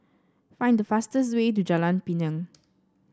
find the fastest way to Jalan Pinang